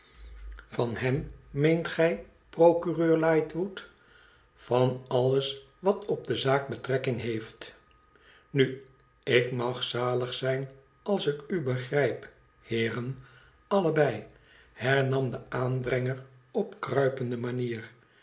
van hem meent gij procureur lightwood van alles wat op de zaak betrekking heetf na ik mag zali zijn als ik u begrijp heeren allebei hernam de aanbrenger op kruipende manier